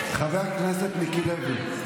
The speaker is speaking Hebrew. רק שם נמצא הדם על הידיים.